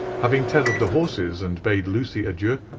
having tethered the horses, and bade lucy adieu,